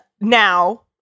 now